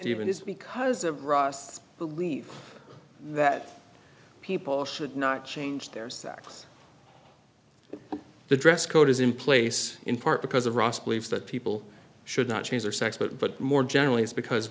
it is because of ross believe that people should not change their sex the dress code is in place in part because ross believes that people should not change their sex but more generally it's because